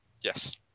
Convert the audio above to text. Yes